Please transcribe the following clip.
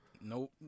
Nope